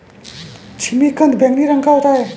जिमीकंद बैंगनी रंग का होता है